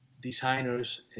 designers